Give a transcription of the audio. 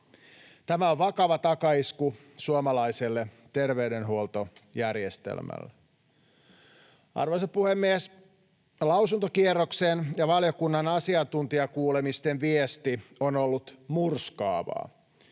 Tämä on vakava takaisku suomalaiselle terveydenhuoltojärjestelmälle. Arvoisa puhemies! Lausuntokierroksen ja valiokunnan asiantuntijakuulemisten viesti on ollut murskaavaa.